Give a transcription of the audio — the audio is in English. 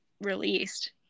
released